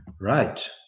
Right